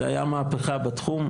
זו היתה מהפיכה בתחום.